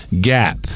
gap